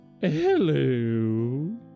Hello